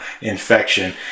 infection